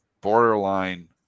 borderline